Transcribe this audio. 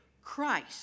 Christ